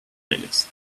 playlist